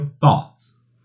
thoughts